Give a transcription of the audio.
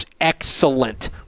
excellent